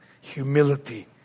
Humility